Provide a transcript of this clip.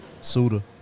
Suda